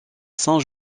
saint